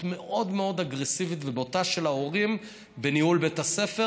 מאוד מאוד אגרסיבית ובוטה של ההורים בניהול בית הספר,